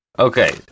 Okay